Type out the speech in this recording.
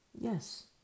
Yes